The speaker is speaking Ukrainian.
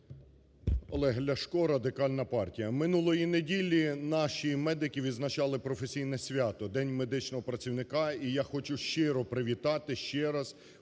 Олег Ляшко, Радикальна партія. Минулої неділі наші медики відзначали професійне свято – День медичного працівника. І я хочу щиро привітати ще раз